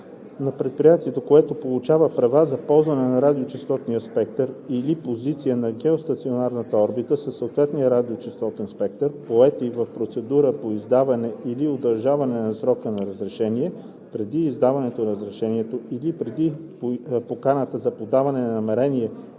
на предприятието, което получава права за ползване на радиочестотен спектър или позиция на геостационарната орбита със съответния радиочестотен спектър, поети в процедура по издаване или удължаване на срока на разрешение, преди издаването на разрешението или преди поканата за подаване на намерение